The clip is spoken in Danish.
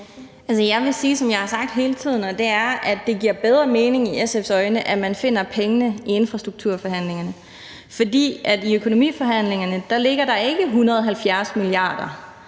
det i SF's øjne giver bedre mening, at man finder pengene i infrastrukturforhandlingerne, for i økonomiforhandlingerne ligger der ikke 170 mia.